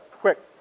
Quick